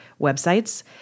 websites